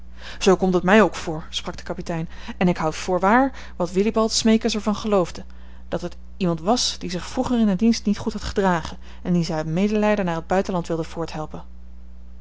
zoo komt het mij ook voor sprak de kapitein en ik houd voor waar wat wilibald smeekens er van geloofde dat het iemand was die zich vroeger in den dienst niet goed had gedragen en dien zij uit medelijden naar het buitenland wilde